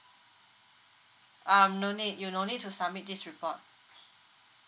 um no need you no need to submit this report